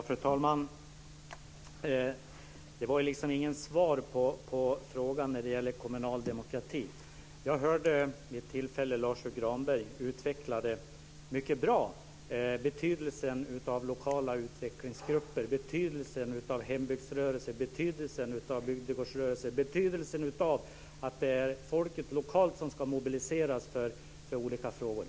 Fru talman! Detta var inget svar på frågan om kommunal demokrati. Vid ett tillfälle hörde jag Lars U Granberg mycket väl utveckla betydelsen av lokala utvecklingsgrupper, betydelsen av hembygdsrörelser, betydelsen av bygdegårdsrörelser och betydelsen av att det är folket lokalt som ska mobiliseras för olika frågor.